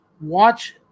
watch